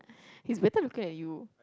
he's better looking at you